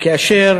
כאשר